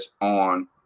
on